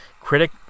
critic